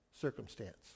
circumstance